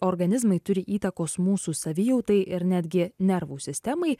organizmai turi įtakos mūsų savijautai ir netgi nervų sistemai